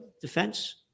defense